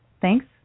thanks